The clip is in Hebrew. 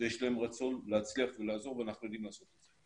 ויש להם רצון להצליח ולעזור ואנחנו יודעים לעשות את זה.